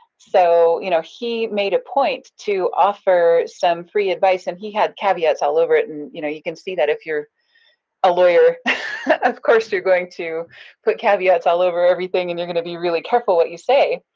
so you know he made a point to offer some free advice and he had caveats all over it and y'know you know you can see that if you're a lawyer of course you're going to put caveats all over everything and you're going to be really careful what you say.